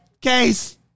case